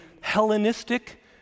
Hellenistic